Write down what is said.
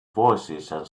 voicesand